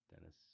Dennis